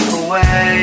away